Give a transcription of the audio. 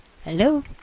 Hello